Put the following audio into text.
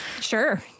sure